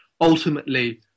ultimately